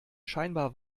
scheinbar